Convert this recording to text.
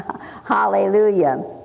Hallelujah